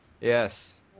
Yes